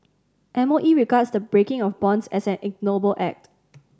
M O E regards the breaking of bonds as an ignoble act